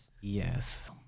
Yes